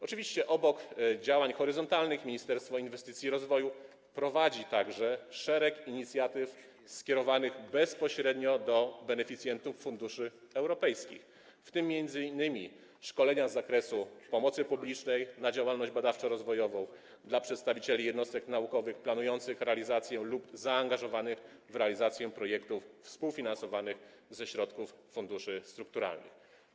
Oczywiście obok działań horyzontalnych Ministerstwo Inwestycji i Rozwoju prowadzi także szereg inicjatyw skierowanych bezpośrednio do beneficjentów funduszy europejskich, w tym m.in. szkolenia z zakresu pomocy publicznej na działalność badawczo rozwojową dla przedstawicieli jednostek naukowych planujących realizację lub zaangażowanych w realizację projektów współfinansowanych ze środków funduszy strukturalnych.